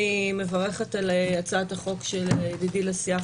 אני מברכת על הצעת החוק של ידידי לסיעה,